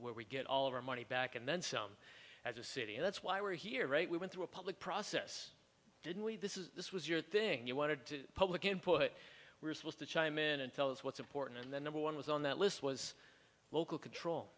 where we get all of our money back and then some as a city and that's why we're here right we went through a public process didn't we this is this was your thing you wanted to public input we're supposed to chime in and tell us what's important and then number one was on that list was local control